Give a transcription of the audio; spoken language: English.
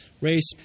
race